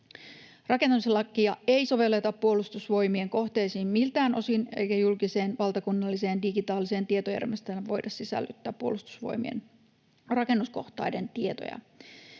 Rakentamislakia ei sovelleta Puolustusvoimien kohteisiin miltään osin, eikä julkiseen valtakunnalliseen digitaaliseen tietojärjestelmään voida sisällyttää Puolustusvoimien rakennuskohteiden tietoja.